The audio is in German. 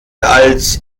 als